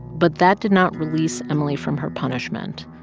but that did not release emily from her punishment.